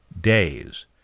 days